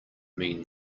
mean